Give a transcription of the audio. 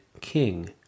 king